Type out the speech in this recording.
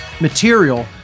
material